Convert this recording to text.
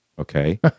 Okay